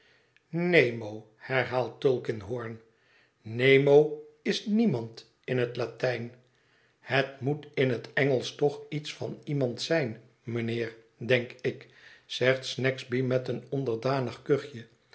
nemo herhaalt tulkinghorn nemo is niemand in het latijn het moet in het engelsch toch iets van iemand zijn mijnheer denk ik zegt snagsby met een onderdanig kuchje